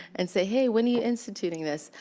and say, hey, when are you instituting this?